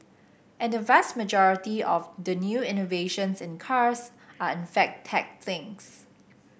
and the vast majority of the new innovations in cars are in fact tech things